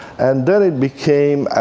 and then it became